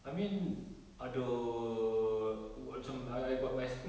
I mean ada wou~ macam I I got my school